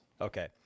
okay